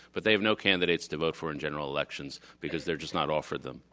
but they have no candidates to vote for in general elections because they're just not offered them.